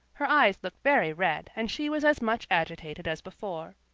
her eyes looked very red and she was as much agitated as before.